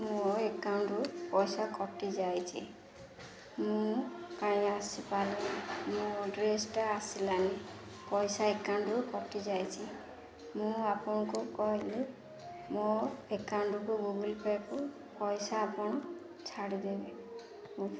ମୋ ଆକାଉଣ୍ଟରୁ ପଇସା କଟିଯାଇଛି ମୁଁ କାଇ ଆସିପାରିଲି ମୋ ଡ୍ରେସ୍ଟା ଆସିଲାନି ପଇସା ଆକାଉଣ୍ଟରୁ କଟିଯାଇଛି ମୁଁ ଆପଣଙ୍କୁ କହିଲି ମୋ ଆକାଉଣ୍ଟକୁ ଗୁଗୁଲ୍ ପେ'କୁ ପଇସା ଆପଣ ଛାଡ଼ିଦେବେ